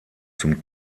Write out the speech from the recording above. zum